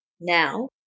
now